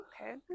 Okay